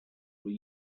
were